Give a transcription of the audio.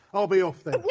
i'll be off then. no,